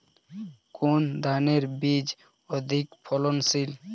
কোন ধানের বীজ অধিক ফলনশীল?